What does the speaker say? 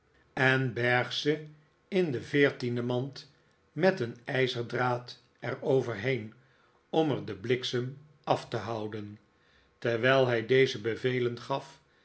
en berg ze in de veertiende mand met een ijzerdraad er over heen om er den bliksem af te houden terwijl hij deze bevelen gaf